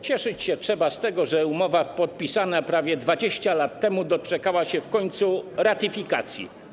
Cieszyć się trzeba z tego, że umowa podpisana prawe 20 lat temu doczekała się w końcu ratyfikacji.